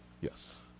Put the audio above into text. Yes